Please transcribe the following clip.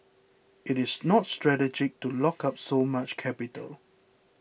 it is not strategic to lock up so much capital